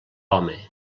home